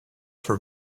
for